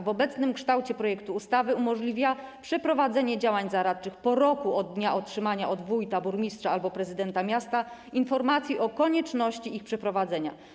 W obecnym kształcie projekt ustawy umożliwia przeprowadzenie działań zaradczych po roku od dnia otrzymania od wójta, burmistrza albo prezydenta miasta informacji o konieczności ich przeprowadzenia.